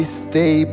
stay